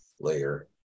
layer